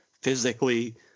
physically